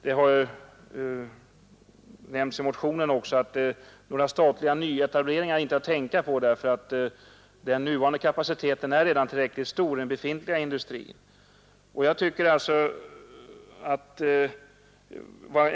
Det har nämnts i motionen att några statliga nyetableringar inte är att tänka på, därför att den nuvarande kapaciteten hos den befintliga industrin redan är tillräckligt stor.